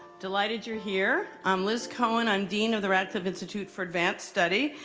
delighted you're here. i'm liz cohen. i'm dean of the radcliffe institute for advanced study.